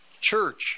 church